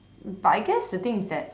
but I guess the thing is that